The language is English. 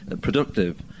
productive